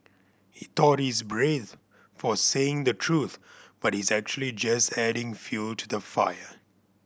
he thought he's brave for saying the truth but he's actually just adding fuel to the fire